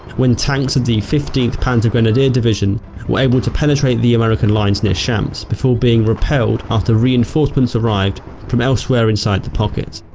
when tanks of the fifteenth panzer grenadier division were able to penetrate the american lines near champs before being repelled after reinforcements arrived from elsewhere inside the pocket.